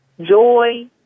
joy